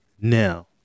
now